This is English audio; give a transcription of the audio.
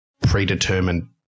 predetermined